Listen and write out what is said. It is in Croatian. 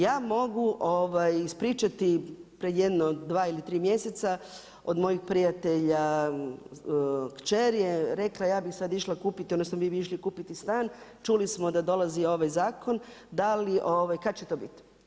Ja mogu ispričati pred jedno dva ili tri mjeseca od mojih prijatelja kćer je rekla, ja bih sada išla kupiti odnosno mi bi išli kupiti stan, čuli smo da dolazi ovaj zakon, kada će to biti.